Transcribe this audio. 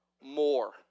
more